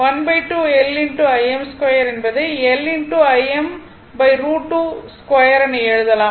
½ L Im 2 என்பதை L Im√ 2 2 என எழுதலாம்